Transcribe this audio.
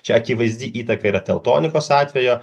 čia akivaizdi įtaka yra teltonikos atvejo